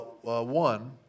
one